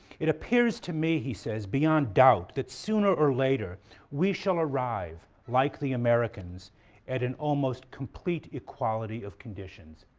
it appears to me, he says, beyond doubt that sooner or later we shall arrive like the americans at an almost complete equality of conditions.